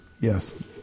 yes